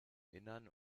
innern